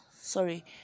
sorry